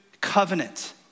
covenant